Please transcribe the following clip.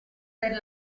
per